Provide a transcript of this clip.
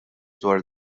dwar